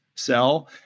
sell